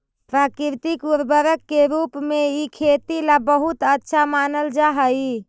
प्राकृतिक उर्वरक के रूप में इ खेती ला बहुत अच्छा मानल जा हई